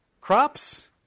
crops